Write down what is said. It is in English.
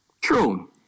True